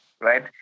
right